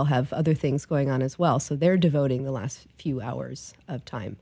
all have other things going on as well so they're devoting the last few hours of time